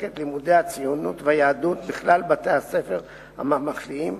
את לימודי הציונות והיהדות בכלל בתי-הספר הממלכתיים,